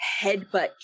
headbutt